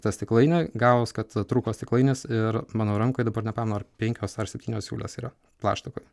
tą stiklainį gavos kad trūko stiklainis ir mano rankoj dabar nepamenu ar penkios ar septynios siūlės yra plaštakoj